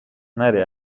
نره